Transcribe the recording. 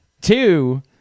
two